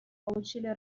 получили